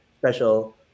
special